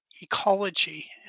ecology